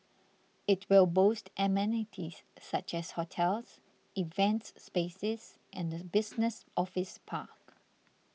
it will boast amenities such as hotels events spaces and a business office park